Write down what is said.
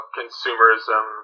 consumerism